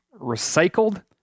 Recycled